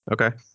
Okay